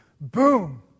Boom